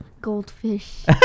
Goldfish